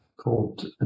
called